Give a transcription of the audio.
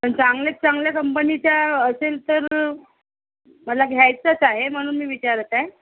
पण चांगल्यात चांगल्या कंपनीचा असेल तर मला घ्यायचाच आहे म्हणून मी विचारत आहे